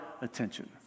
attention